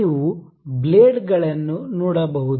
ನೀವು ಬ್ಲೇಡ್ಗಳನ್ನು ನೋಡಬಹುದು